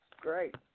Great